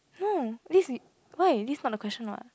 no this is why this not the question what